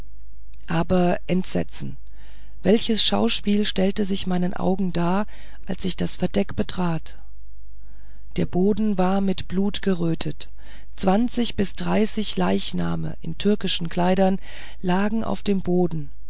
aber entsetzen welches schauspiel stellte sich meinem auge dar als ich das verdeck betrat der boden war mit blut gerötet leichname in türkischen kleidern lagen auf dem boden